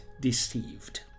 deceived